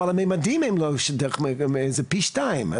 אבל הממדים הם לא דרך מקומית, זה פי שתיים.